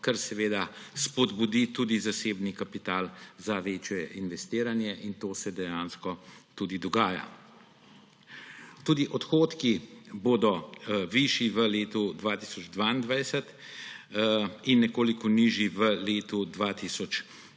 kar spodbudi tudi zasebni kapital za večje investiranje, in to se dejansko tudi dogaja. Tudi odhodki bodo višji v letu 2022 in nekoliko nižji v letu 2023,